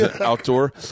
Outdoor